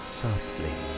softly